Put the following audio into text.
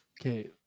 Okay